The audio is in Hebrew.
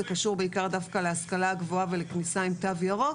זה קשור דווקא להשכלה הגבוהה ולכניסה עם תו ירוק